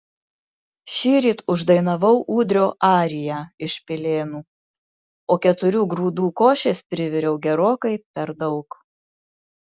šįryt uždainavau ūdrio ariją iš pilėnų o keturių grūdų košės priviriau gerokai per daug